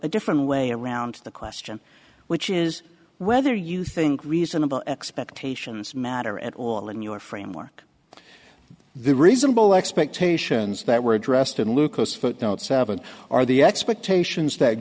a different way around the question which is whether you think reasonable expectations matter at all in your framework the reasonable expectations that were addressed in lucas footnote seven are the expectations that